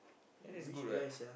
ya is good what